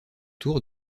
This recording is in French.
tour